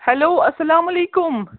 hello اَسَلام علیکُم